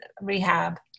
rehab